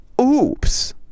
oops